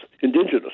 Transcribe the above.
Indigenous